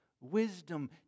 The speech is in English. wisdom